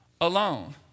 alone